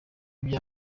vya